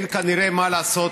כנראה אין לממשלה מה לעשות.